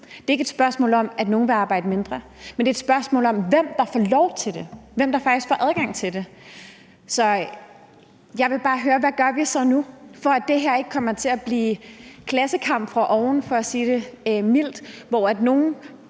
det ikke er et spørgsmål om, at nogle vil arbejde mindre, men hvor det er et spørgsmål om, hvem der får lov til det, hvem der faktisk får adgang til det. Så jeg vil bare høre: Hvad gør vi så nu, for at det her ikke kommer til at blive klassekamp fra oven, for at sige det mildt, hvor nogle